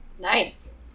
Nice